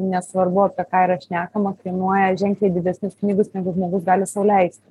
nesvarbu apie ką yra šnekama kainuoja ženkliai didesnius pinigus negu žmogus gali sau leisti